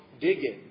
digging